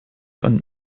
und